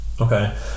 okay